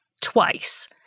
twice